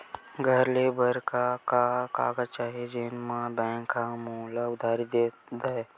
घर ले बर का का कागज चाही जेम मा बैंक हा मोला उधारी दे दय?